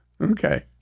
Okay